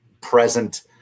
present